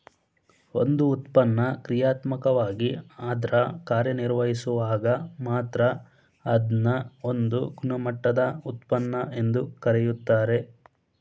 ಒಂದು ಉತ್ಪನ್ನ ಕ್ರಿಯಾತ್ಮಕವಾಗಿ ಅದ್ರ ಕಾರ್ಯನಿರ್ವಹಿಸುವಾಗ ಮಾತ್ರ ಅದ್ನ ಒಂದು ಗುಣಮಟ್ಟದ ಉತ್ಪನ್ನ ಎಂದು ಕರೆಯುತ್ತಾರೆ